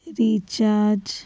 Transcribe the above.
recharge